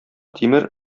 тимер